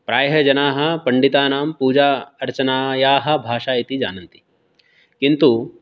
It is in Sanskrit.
प्रायः जनाः पण्डितानां पूजा अर्चनायाः भाषा इति जानन्ति किन्तु